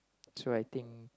so I think